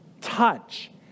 touch